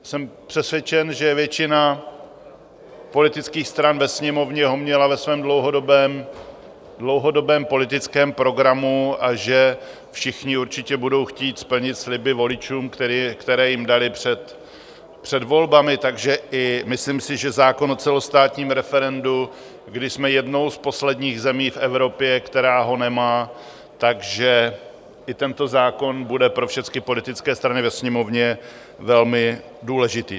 Jsem přesvědčen, že většina politických stran ve Sněmovně ho měla ve svém dlouhodobém politickém programu a že všichni určitě budou chtít splnit sliby voličům, které jim dali před volbami, takže myslím si, že zákon o celostátním referendu, kdy jsme jednou z posledních zemí v Evropě, která ho nemá, takže i tento zákon bude pro všechny politické strany ve Sněmovně velmi důležitý.